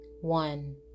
One